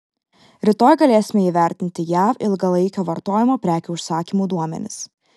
rytoj galėsime įvertinti jav ilgalaikio vartojimo prekių užsakymų duomenis